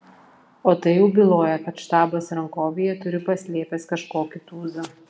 o tai jau byloja kad štabas rankovėje turi paslėpęs kažkokį tūzą